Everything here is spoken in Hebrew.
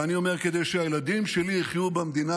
ואני אומרת שכדי שהילדים שלי יחיו במדינה